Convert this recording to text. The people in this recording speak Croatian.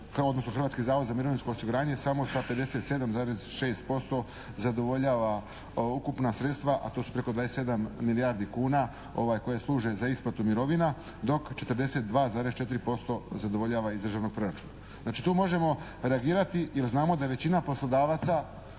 odnosno Hrvatski zavod za mirovinsko osiguranje samo sa 57,6% zadovoljava ukupna sredstva a to su preko 27 milijardi kuna koje služe za isplatu mirovina dok 42,4% zadovoljava iz državnog proračuna. Znači tu možemo reagirati jer znamo da je većina poslodavaca